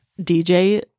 dj